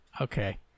okay